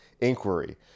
inquiry